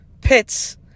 pits